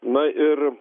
na ir